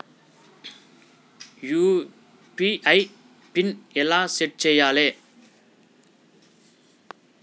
UPI PIN ఎట్లా set చేయాలే?